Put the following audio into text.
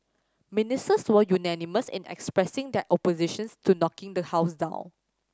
ministers were unanimous in expressing their oppositions to knocking the house down